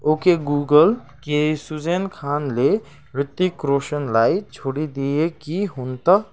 okay Google के Sussanne खानले ऋतिक रोसनलाई छोडिदिएकी हुन् त